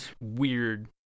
weird